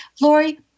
Lori